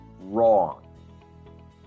wrong